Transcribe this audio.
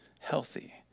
healthy